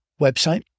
website